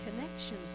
connection